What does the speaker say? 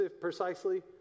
precisely